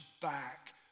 back